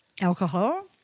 Alcohol